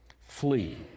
flee